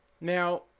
Now